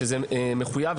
שזה מחויב.